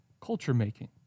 culture-making